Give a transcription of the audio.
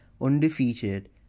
undefeated